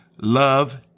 Love